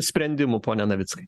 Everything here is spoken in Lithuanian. sprendimų pone navickai